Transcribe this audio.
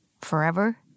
Forever